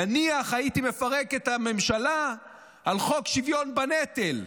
נניח, הייתי מפרק את הממשלה על חוק השוויון בנטל.